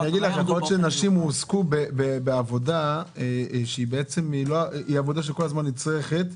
יכול להיות שהנשים הועסקו בעבודה שכל הזמן נצרכת,